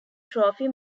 trophy